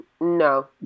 No